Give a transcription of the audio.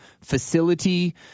facility